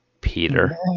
peter